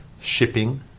shipping